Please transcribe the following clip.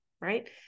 Right